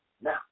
Now